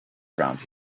around